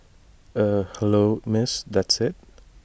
eh hello miss that's IT